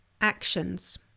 actions